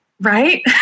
Right